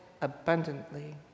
abundantly